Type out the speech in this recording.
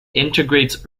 integrates